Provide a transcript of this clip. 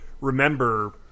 remember